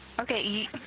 Okay